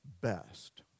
best